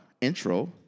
intro